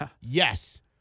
Yes